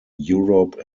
europe